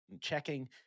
checking